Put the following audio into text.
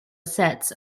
sets